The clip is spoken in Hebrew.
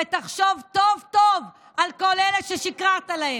ותחשוב טוב-טוב על כל אלה ששיקרת להם,